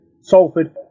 Salford